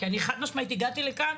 כי אני חד משמעית הגעתי לכאן,